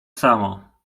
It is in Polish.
samo